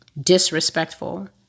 disrespectful